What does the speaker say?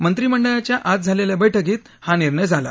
मंत्रिमंडळाच्या आज झालेल्या बैठकीत हा निर्णय झाला